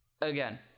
Again